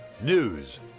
News